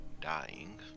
dying